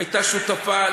הייתה שותפה,